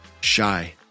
Shy